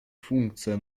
функция